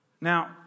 Now